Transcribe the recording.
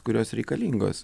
kurios reikalingos